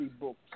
books